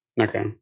Okay